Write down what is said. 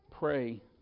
Pray